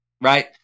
right